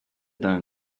d’un